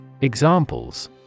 Examples